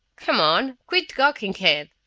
come on, quit gawking, kid.